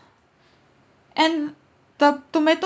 and the tomato